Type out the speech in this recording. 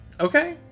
Okay